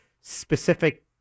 specific